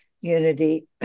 unity